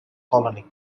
colony